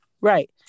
right